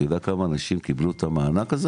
אתה יודע כמה אנשים קיבלו את המענק הזה